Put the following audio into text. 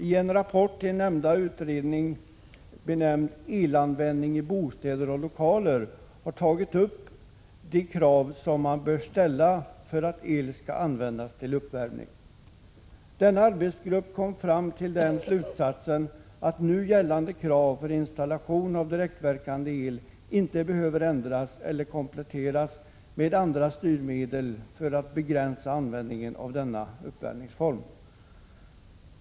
I en rapport till nämnda utredning, benämnd Elanvändning i bostäder och lokaler, berörs de krav som man bör ställa upp för att el skall få användas till uppvärmning. Denna arbetsgrupp kom fram till den slutsatsen att nu gällande krav för installation av direktverkande el inte behöver ändras eller kompletteras med andra styrmedel för att begränsa användningen av denna uppvärmningsform.